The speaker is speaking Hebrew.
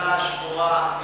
הכלכלה השחורה.